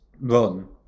run